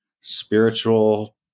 spiritual